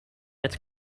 its